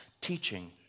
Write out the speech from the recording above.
teaching